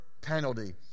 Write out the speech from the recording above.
penalty